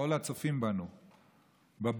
כל הצופים בנו בבית,